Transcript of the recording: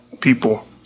people